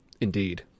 Indeed